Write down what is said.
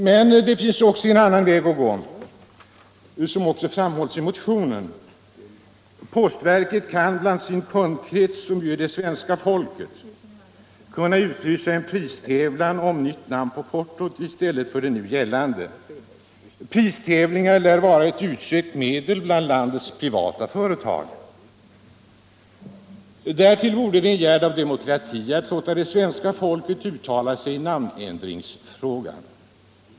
Men det finnes även en annan väg att gå, vilket också framhålles i motionen: postverket skulle inom sin kundkrets, som ju är det svenska folket, kunna utlysa en pristävlan om nytt namn på portot i stället för det nu gällande. Pristävlingar lär vara ett utsökt medel bland landets privata företag. Därtill vore det en gärd av demokrati att låta det svenska folket uttala sig i namnändringsfrågan.